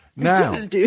now